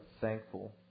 thankful